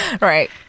Right